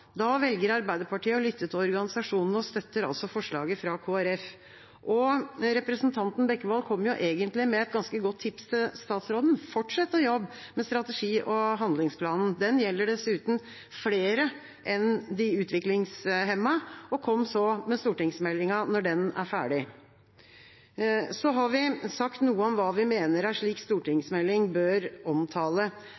Da velger Arbeiderpartiet å lytte til organisasjonene og støtter altså forslaget fra Kristelig Folkeparti. Representanten Bekkevold kom jo egentlig med et ganske godt tips til statsråden: Fortsett å jobbe med strategi- og handlingsplanen – den gjelder dessuten flere enn de utviklingshemmede – og kom så med stortingsmeldinga når den er ferdig. Så har vi sagt noe om hva vi mener en slik